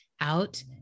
out